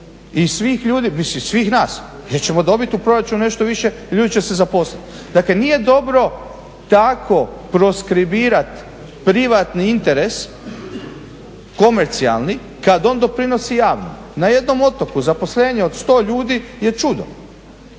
i svih ljudi, mislim svih nas jer ćemo dobiti u proračunu nešto više, ljudi će se zaposliti. Dakle, nije dobro tako proskribirati privatni interes komercijalni kad on doprinosi javnom. Na jednom otoku zaposlenje od sto ljudi je čudo.